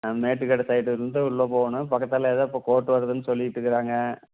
மேட்டுக்கட சைட்லேருந்து உள்ள போகணும் பக்கத்தால இதோ இப்போ கோர்ட் வருதுன்னு சொல்லிட்டுருக்குறாங்க